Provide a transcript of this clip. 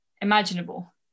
imaginable